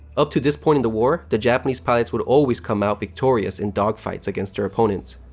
up to this point in the war, the japanese pilots would always come out victorious in dogfights against their opponents.